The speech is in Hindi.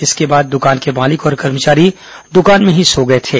इसके बाद दुकान के मालिक और कर्मचारी द्वान में ही सो गए थे